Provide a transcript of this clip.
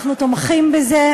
אנחנו תומכים בזה,